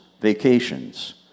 vacations